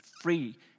free